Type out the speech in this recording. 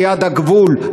ליד הגבול.